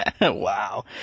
Wow